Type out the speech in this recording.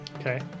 Okay